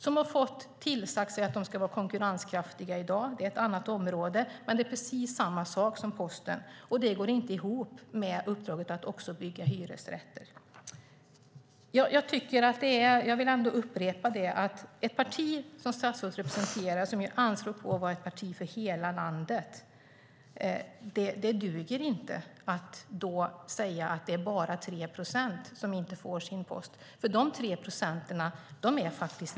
De har uppdraget att vara konkurrenskraftiga. Det är fråga om ett annat område, men det handlar om precis samma sak som med Posten. Det går inte ihop med uppdraget att också bygga hyresrätter. Jag upprepar att för det parti som statsrådet representerar, som gör anspråk på att vara ett parti för hela landet, duger det inte att säga att det är bara 3 procent av kunderna som inte får sin post. De 3 procenten är människor.